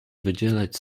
wydzielać